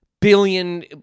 billion